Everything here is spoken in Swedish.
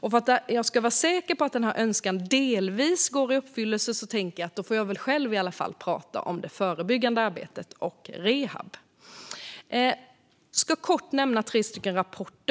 För att vara säker på att denna önskan delvis går i uppfyllelse tänkte jag därför nu prata om det förebyggande arbetet och rehab. Jag ska kort nämna tre rapporter.